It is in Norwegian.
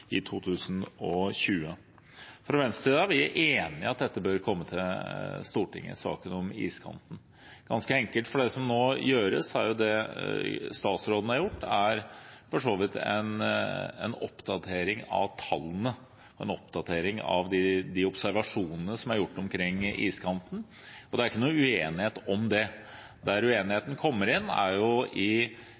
i 2020. Venstre er enig i at saken om iskanten bør komme til Stortinget. Det som nå gjøres, og som statsråden har gjort, er for så vidt en oppdatering av tallene og observasjonene som er gjort omkring iskanten, og det er ingen uenighet om det. Uenigheten kommer inn i